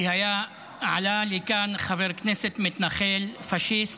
כי עלה לכאן חבר כנסת מתנחל פשיסט,